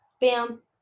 Bam